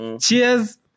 Cheers